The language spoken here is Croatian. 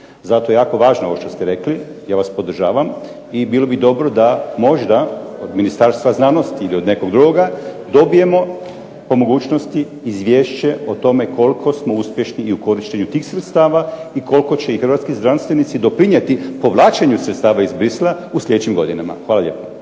zato je jako važno ovo šta ste rekli, ja vas podržavam i bilo bi dobro da možda od Ministarstva znanosti ili od nekog drugoga dobijemo po mogućnosti izvješće o tome koliko smo uspješni i u korištenju tih sredstava, i koliko će i hrvatski znanstvenici doprinijeti povlačenju sredstava iz Bruxellesa u sljedećim godinama. Hvala lijepo.